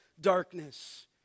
darkness